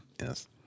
Yes